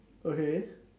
okay